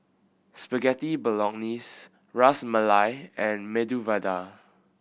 Spaghetti Bolognese Ras Malai and Medu Vada